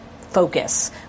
focus